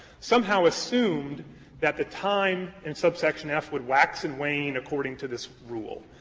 somehow assumed that the time in subsection f would wax and wane according to this rule.